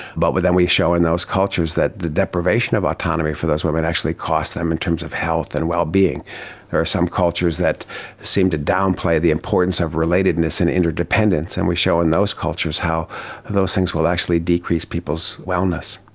but then we show in those cultures that the deprivation of autonomy for those women actually costs them in terms of health and well-being. there are some cultures that seem to downplay the importance of relatedness and interdependence, and we show in those cultures how those things will actually decrease people's wellness.